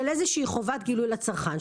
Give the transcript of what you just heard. של איזה שהיא חובת גילוי לצרכן,